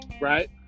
right